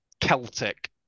Celtic